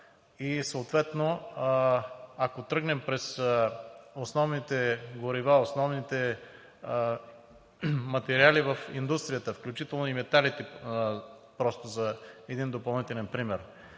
Съответно, ако тръгнем през основните горива, основните материали в индустрията, включително и металите – просто за един допълнителен пример,